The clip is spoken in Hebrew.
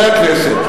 בהכרח.